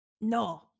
No